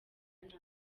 nabi